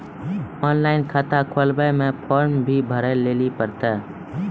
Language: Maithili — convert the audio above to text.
ऑनलाइन खाता खोलवे मे फोर्म भी भरे लेली पड़त यो?